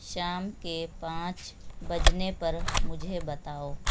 شام کے پانچ بجنے پر مجھے بتاؤ